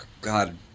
God